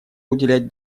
уделять